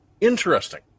interesting